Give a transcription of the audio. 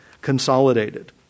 consolidated